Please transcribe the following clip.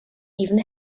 even